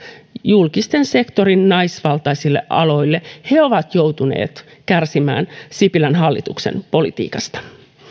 julkisten sektorin naisvaltaisille aloille he ovat joutuneet kärsimään sipilän hallituksen politiikasta